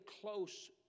close